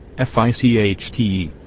f i c h t